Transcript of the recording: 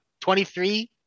23